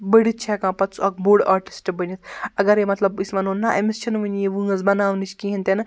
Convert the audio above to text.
بٔڑھِتھ چھُ ہیٚکان پَتہٕ سُہ اَکھ بوٚڑ آرٹسٹ بٔنتھ اگَرٔے مطلب أسۍ ونو نَہ أمِس چھَنہٕ وُنہِ یہِ وٲنٛس بَناونٕچۍ کِہیٖنۍ تہِ نہٕ